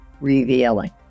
revealing